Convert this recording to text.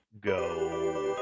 go